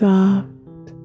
Soft